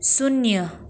शून्य